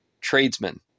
tradesmen